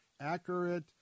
accurate